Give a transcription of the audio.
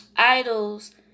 idols